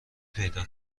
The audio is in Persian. پیدا